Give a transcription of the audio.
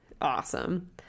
Awesome